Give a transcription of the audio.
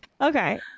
Okay